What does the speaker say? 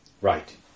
right